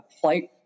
flight